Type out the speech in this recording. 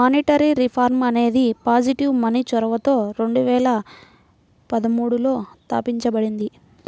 monetary reform అనేది positive money చొరవతో రెండు వేల పదమూడులో తాపించబడింది